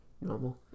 normal